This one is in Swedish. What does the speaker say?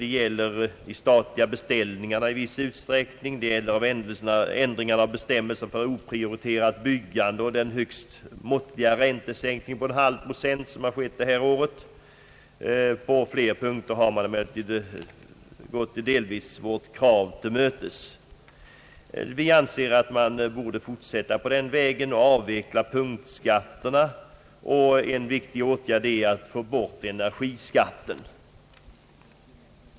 Det gäller i viss utsträckning de statliga beställningarna, ändringar av bestämmelser för oprioriterat byggande och den högst måttliga räntesänkning på 0,5 procent som har skett i år. På flera punkter har man delvis gått våra krav till mötes. Vi anser att man bör fortsätta på den vägen och avveckla punktskatterna. En annan viktig åtgärd är att få bort energiskatten.